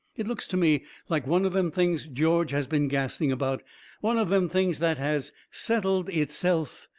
it looks to me like one of them things george has been gassing about one of them things that has settled itself,